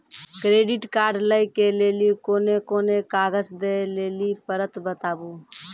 Credit card लै के लेली कोने कोने कागज दे लेली पड़त बताबू?